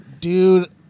Dude